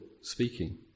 speaking